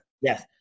Yes